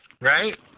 Right